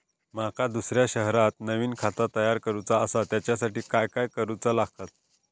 माका दुसऱ्या शहरात नवीन खाता तयार करूचा असा त्याच्यासाठी काय काय करू चा लागात?